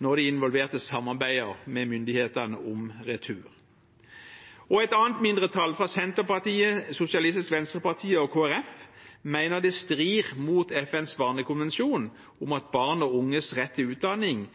når de involverte samarbeider med myndighetene om retur. Et annet mindretall, Senterpartiet, Sosialistisk Venstreparti og Kristelig Folkeparti, mener det strider mot FNs barnekonvensjon om barn og unges rett til utdanning